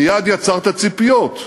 מייד יצרת ציפיות.